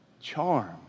Charm